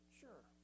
sure